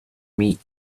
meat